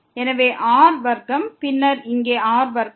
எனவே r வர்க்கம் பின்னர் இங்கே r வர்க்கம்